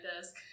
desk